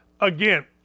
again